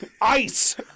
Ice